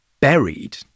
buried